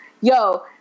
yo